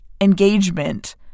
engagement